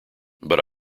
but